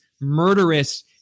murderous